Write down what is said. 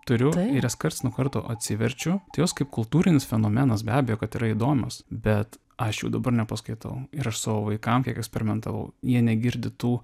turiu ir jas karts nuo karto atsiverčiu jos kaip kultūrinis fenomenas be abejo kad yra įdomios bet aš jau dabar nepaskaitau ir savo vaikam kiek eksperimentavau jie negirdi tų